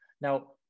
Now